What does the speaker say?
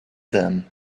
them